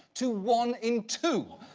to one in two.